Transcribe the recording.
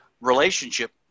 Relationship